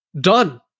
done